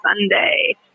Sunday